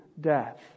death